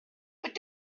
but